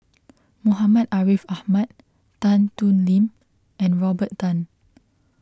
Muhammad Ariff Ahmad Tan Thoon Lip and Robert Tan